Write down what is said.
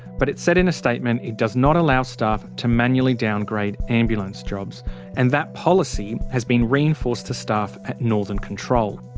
but it said in a statement it does not allow staff to manually downgrade ambulance jobs and that policy has been reinforced to staff at northern control.